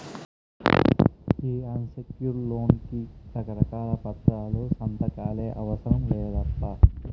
ఈ unsecured loan కి రకారకాల పత్రాలు, సంతకాలే అవసరం లేదప్పా